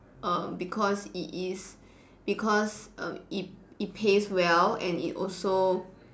err because it is because err it it pays well and it also